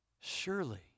Surely